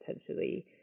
potentially